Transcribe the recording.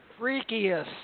Freakiest